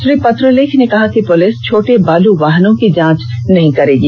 श्री पत्रलेख ने कहा कि पुलिस छोटे बालू वाहनों की जांच नहीं करेगी